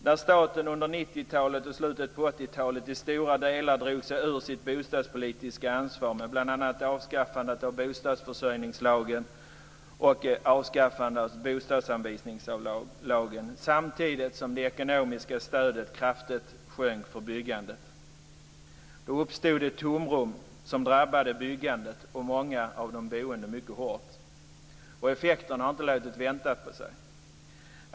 När staten under 90-talet och slutet av 80-talet till stora delar drog sig ur sitt bostadspolitiska ansvar med bl.a. avskaffandet av bostadsförsörjningslagen och avskaffandet av bostadsanvisningslagen samtidigt som det ekonomiska stödet kraftigt sjönk för byggandet uppstod ett tomrum som drabbade byggandet och många av de boende mycket hårt. Och effekterna har inte låtit vänta på sig.